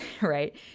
right